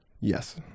Yes